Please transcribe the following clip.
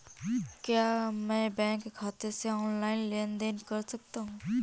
क्या मैं बैंक खाते से ऑनलाइन लेनदेन कर सकता हूं?